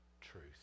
truth